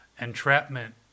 entrapment